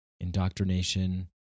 indoctrination